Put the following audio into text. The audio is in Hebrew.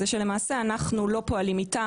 זה שלמעשה אנחנו לא פועלים מטעם.